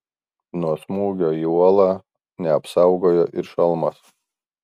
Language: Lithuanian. nuo smūgio į uolą neapsaugojo ir šalmas